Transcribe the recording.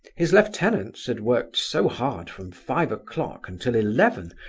his lieutenants had worked so hard from five o'clock until eleven,